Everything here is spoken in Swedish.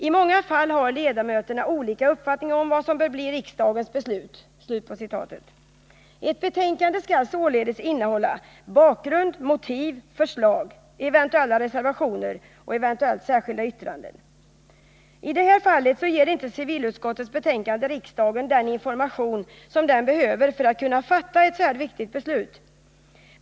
I många fall har ledamöterna olika uppfattning om vad som bör bli riksdagens beslut.” Ett betänkande skall således innehålla: bakgrund, motiv, förslag, eventuella reservationer och eventuella särskilda yttranden. I detta fall ger inte civilutskottets betänkande riksdagen den information som den behöver för att kunna fatta ett så här viktigt beslut.